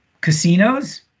Casinos